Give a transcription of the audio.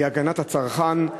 היא הגנת הצרכן,